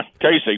Casey